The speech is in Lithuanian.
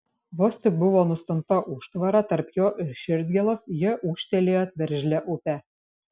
vos tik buvo nustumta užtvara tarp jo ir širdgėlos jie ūžtelėjo veržlia upe